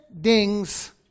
dings